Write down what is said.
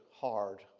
hard